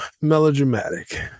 melodramatic